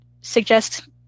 Suggest